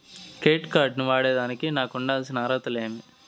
Credit card ను వాడేదానికి నాకు ఉండాల్సిన అర్హతలు ఏమి?